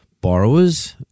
borrowers